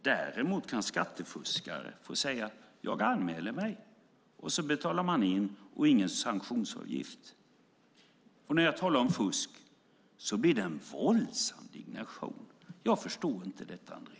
Däremot kan skattefuskare få säga: Jag anmäler mig. Och så betalar de in, och det är ingen sanktionsavgift. När jag talar om fusk blir det en våldsam indignation. Jag förstår inte detta, Andrén.